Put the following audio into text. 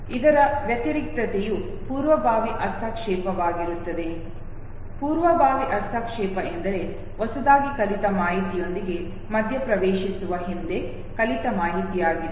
ಇದರ ವ್ಯತಿರಿಕ್ತತೆಯು ಪೂರ್ವಭಾವಿ ಹಸ್ತಕ್ಷೇಪವಾಗಿರುತ್ತದೆ ಪೂರ್ವಭಾವಿ ಹಸ್ತಕ್ಷೇಪ ಎಂದರೆ ಹೊಸದಾಗಿ ಕಲಿತ ಮಾಹಿತಿಯೊಂದಿಗೆ ಮಧ್ಯಪ್ರವೇಶಿಸುವ ಹಿಂದೆ ಕಲಿತ ಮಾಹಿತಿಯಾಗಿದೆ